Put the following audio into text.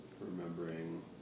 remembering